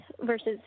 versus